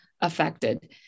affected